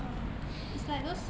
orh orh it's like those